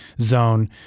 zone